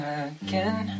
again